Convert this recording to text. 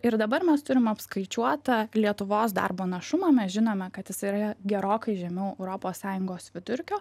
ir dabar mes turim apskaičiuotą lietuvos darbo našumą mes žinome kad jisai yra gerokai žemiau europos sąjungos vidurkio